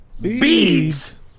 Beads